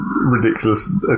ridiculous